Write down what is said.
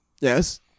Yes